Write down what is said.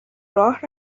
راه